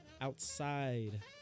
outside